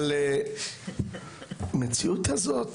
אבל המציאות הזאת